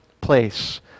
place